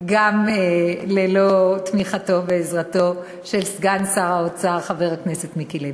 גם ללא תמיכתו ועזרתו של סגן שר האוצר חבר הכנסת מיקי לוי.